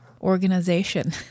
organization